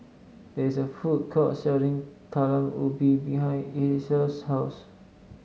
there is a food court selling Talam Ubi behind Elissa's house